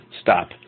stop